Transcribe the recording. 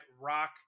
Rock